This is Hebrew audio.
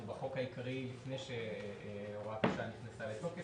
בחוק העיקרי לפני שהוראת השעה נכנסה לתוקף,